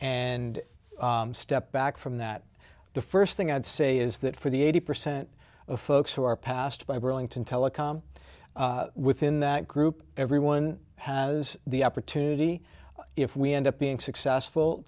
and step back from that the first thing i'd say is that for the eighty percent of folks who are passed by burlington telecom within that group everyone has the opportunity if we end up being successful